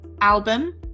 album